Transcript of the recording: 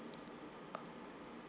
uh